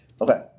Okay